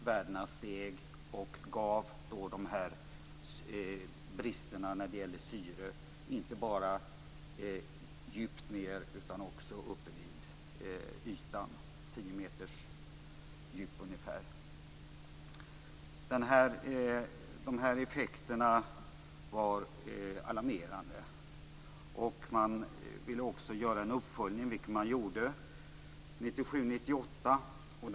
Värdena steg och gav dessa brister när det gäller syre inte bara djupt nere utan också uppe vid ytan - på ungefär tio meters djup. Dessa effekter var alarmerande. Man ville också göra en uppföljning, vilket man gjorde 1997-1998.